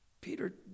Peter